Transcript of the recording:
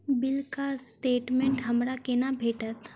बिलक स्टेटमेंट हमरा केना भेटत?